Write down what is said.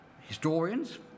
historians